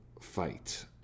fight